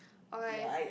okay